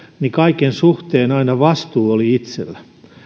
niin kaiken suhteen aina vastuu oli itsellä